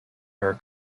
her